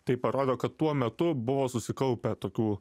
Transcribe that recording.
tai parodo kad tuo metu buvo susikaupę tokių